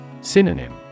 Synonym